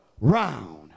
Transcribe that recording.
round